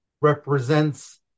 represents